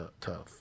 tough